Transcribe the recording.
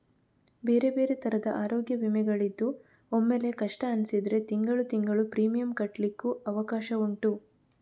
ಬೇರೆ ಬೇರೆ ತರದ ಅರೋಗ್ಯ ವಿಮೆಗಳಿದ್ದು ಒಮ್ಮೆಲೇ ಕಷ್ಟ ಅನಿಸಿದ್ರೆ ತಿಂಗಳು ತಿಂಗಳು ಪ್ರೀಮಿಯಂ ಕಟ್ಲಿಕ್ಕು ಅವಕಾಶ ಉಂಟು